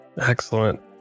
Excellent